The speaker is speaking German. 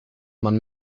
man